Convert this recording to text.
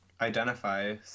identify